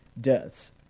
deaths